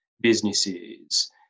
businesses